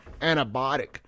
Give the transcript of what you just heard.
antibiotic